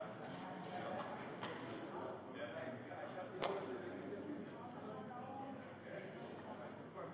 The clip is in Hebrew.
שעל-פי סעיף 43 לחוק-יסוד: הכנסת,